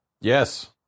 Yes